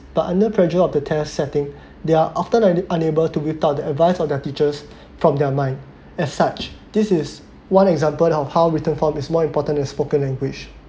but under pressure of the test setting they are often unable to be taught the advice of their teachers from their mind as such this is one example of how written form is more important to spoken language